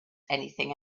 anything